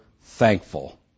thankful